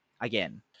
again